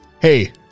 Hey